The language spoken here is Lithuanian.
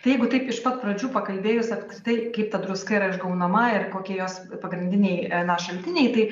tai jeigu taip iš pat pradžių pakalbėjus apskritai kaip ta druska yra išgaunama ir kokie jos pagrindiniai na šaltiniai tai